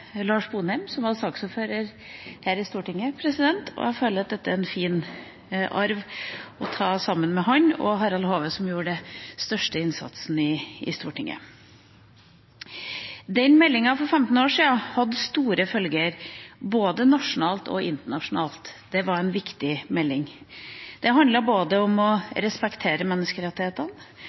Lars Sponheim som var saksordfører her i Stortinget, og jeg føler at dette er en fin arv å ta videre sammen med ham og Harald Hove, som gjorde den største innsatsen i Stortinget. Meldinga for 15 år siden fikk store følger, både nasjonalt og internasjonalt. Det var en viktig melding. Den handlet både om å respektere menneskerettighetene